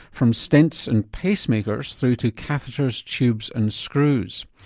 from stents and pacemakers through to catheters, tubes and screws.